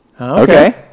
Okay